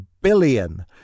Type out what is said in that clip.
billion